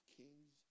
kings